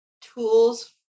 tools